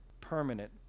permanent